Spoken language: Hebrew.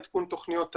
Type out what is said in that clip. עדכון תכניות האב,